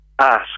ask